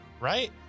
right